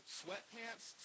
sweatpants